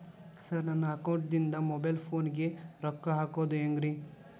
Sir ನನ್ನ ಅಕೌಂಟದಿಂದ mobile ಫೋನಿಗೆ ರೊಕ್ಕ ಹಾಕೋದು ಹೆಂಗ್ರಿ?